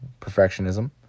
Perfectionism